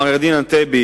מר ידין ענתבי,